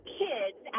kids